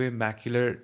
macular